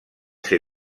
ser